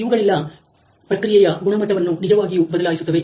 ಇವುಗಳೆಲ್ಲ ಪ್ರಕ್ರಿಯೆಯ ಗುಣಮಟ್ಟವನ್ನು ನಿಜವಾಗಿಯೂ ಬದಲಾಯಿಸುತ್ತವೆ